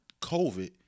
covid